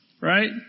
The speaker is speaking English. right